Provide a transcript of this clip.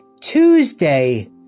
Tuesday